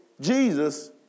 Jesus